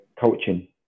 coaching